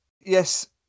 yes